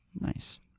Nice